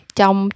trong